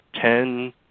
ten